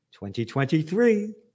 2023